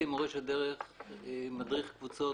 מדריך קבוצות,